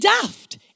daft